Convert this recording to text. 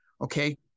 okay